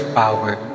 power